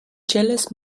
jealous